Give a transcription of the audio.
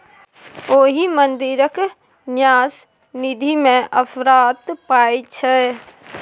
ओहि मंदिरक न्यास निधिमे अफरात पाय छै